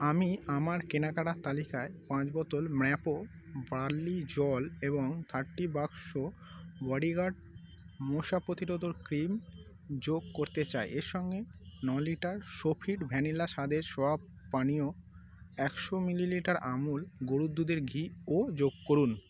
আমি আমার কেনাকাটার তালিকায় পাঁচ বোতল ম্র্যাপো বার্লি জল এবং থার্টি বাক্স বডিগার্ড মশা প্রতিরোধক ক্রিম যোগ করতে চাই এর সঙ্গে ন লিটার সোফিট ভ্যানিলা স্বাদের সয়া পানীয় একশো মিলিলিটার আমুল গরুর দুধের ঘি ও যোগ করুন